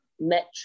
Metro